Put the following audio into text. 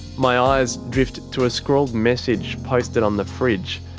my eyes drift to a scrawled message posted on the fridge.